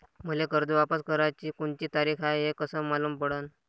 मले कर्ज वापस कराची कोनची तारीख हाय हे कस मालूम पडनं?